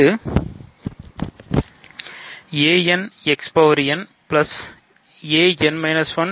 இது a n x n